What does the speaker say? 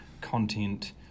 content